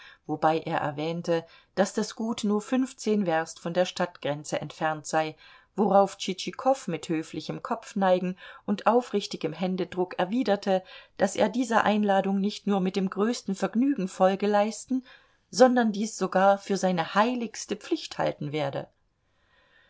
wobei er erwähnte daß das gut nur fünfzehn werst von der stadtgrenze entfernt sei worauf tschitschikow mit höflichem kopfneigen und aufrichtigem händedruck erwiderte daß er dieser einladung nicht nur mit dem größten vergnügen folge leisten sondern dies sogar für seine heiligste pflicht halten werde